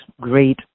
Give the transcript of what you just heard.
great